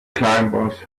climbers